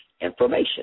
information